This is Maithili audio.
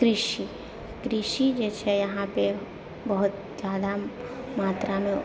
कृषि कृषि जेछै यहाँपे बहुत जादा मात्रामे